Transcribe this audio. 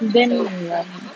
then like